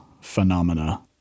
Phenomena